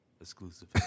Exclusive